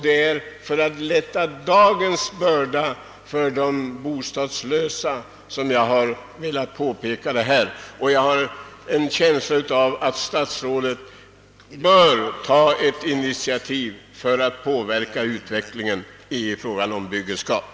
Det är för att lätta dagens börda för de bostadslösa som jag har velat påpeka detta. Jag har en känsla av att statsrådet bör ta ett initiativ för att påverka utvecklingen inom byggenskapen i den riktning jag här angivit.